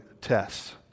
tests